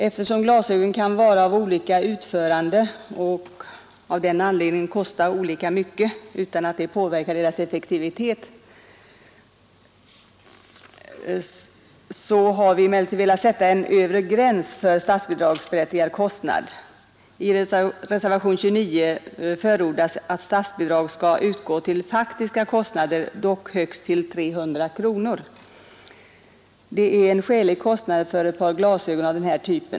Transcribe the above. Eftersom glasögon kan vara av olika utförande och av den anledningen kan kosta olika mycket utan att det påverkar deras effektivitet, har vi emellertid velat sätta en övre gräns för statsbidragsberättigad kostnad. I reservationen 29 förordas att statsbidrag skall utgå till den faktiska kostnaden, dock högst 300 kronor. Det är en skälig kostnad för ett par glasögon av den här typen.